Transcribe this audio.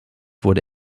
wurde